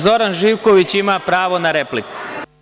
Zoran Živković ima pravo na repliku.